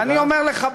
אני אומר לך,